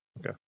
Okay